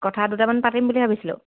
কথা দুটামান পাতিম বুলি ভাবিছিলোঁ